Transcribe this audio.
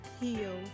heal